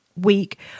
week